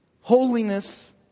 holiness